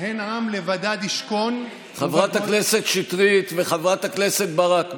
"הן עם לבדד ישכן" חברת הכנסת שטרית וחברת הכנסת ברק.